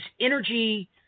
energy